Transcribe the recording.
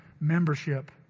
Membership